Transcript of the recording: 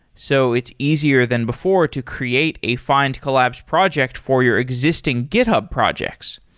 so it's easier than before to create a findcollabs projects for your existing github projects.